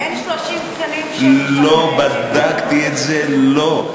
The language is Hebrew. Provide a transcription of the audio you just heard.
אין 30 תקנים, לא, בדקתי את זה, לא.